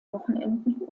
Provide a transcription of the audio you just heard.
wochenenden